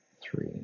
three